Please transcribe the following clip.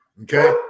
Okay